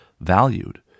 valued